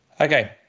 Okay